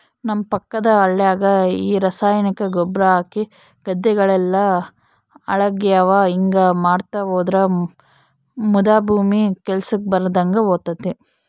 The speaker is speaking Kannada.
ನಮ್ಮ ಪಕ್ಕದ ಹಳ್ಯಾಗ ಈ ರಾಸಾಯನಿಕ ಗೊಬ್ರ ಹಾಕಿ ಗದ್ದೆಗಳೆಲ್ಲ ಹಾಳಾಗ್ಯಾವ ಹಿಂಗಾ ಮಾಡ್ತಾ ಹೋದ್ರ ಮುದಾ ಭೂಮಿ ಕೆಲ್ಸಕ್ ಬರದಂಗ ಹೋತತೆ